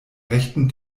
rechten